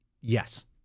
Yes